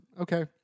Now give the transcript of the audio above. okay